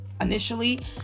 initially